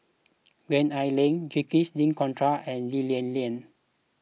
Gwee Ah Leng Jacques De Coutre and Lee Lian Lian